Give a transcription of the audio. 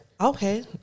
Okay